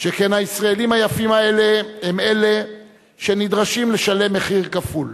שכן הישראלים היפים האלה הם אלה שנדרשים לשלם מחיר כפול: